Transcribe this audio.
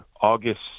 August